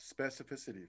specificity